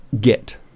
get